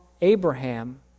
Abraham